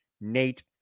Nate